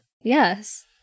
Yes